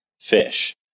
fish